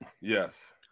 Yes